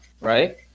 right